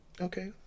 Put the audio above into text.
Okay